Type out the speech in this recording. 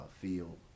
field